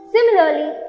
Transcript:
Similarly